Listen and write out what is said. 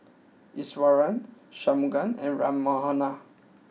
Iswaran Shunmugam and Ram Manohar